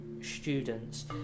students